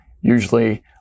Usually